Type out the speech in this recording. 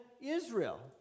Israel